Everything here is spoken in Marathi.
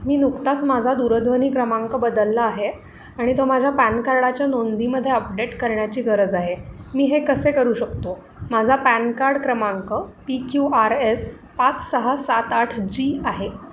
मी नुकताच माझा दूरध्वनी क्रमांक बदलला आहे आणि तो माझ्या पॅन कार्डाच्या नोंदीमध्ये अपडेट करण्याची गरज आहे मी हे कसे करू शकतो माझा पॅन कार्ड क्रमांक पी क्यू आर एस पाच सहा सात आठ जी आहे